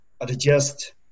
adjust